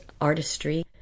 artistry